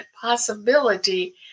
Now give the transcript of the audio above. possibility